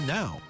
now